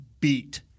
beat